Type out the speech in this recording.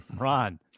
Ron